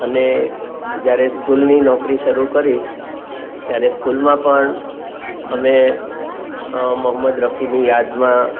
અને જ્યારે સ્કૂલની નોકરી શરૂ કરી ત્યારે સ્કૂલમાં પણ અમે મોહમ્મદ રફીની યાદમાં